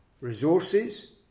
resources